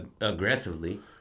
aggressively